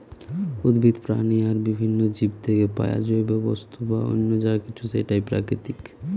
উদ্ভিদ, প্রাণী আর বিভিন্ন জীব থিকে পায়া জৈব বস্তু বা অন্য যা কিছু সেটাই প্রাকৃতিক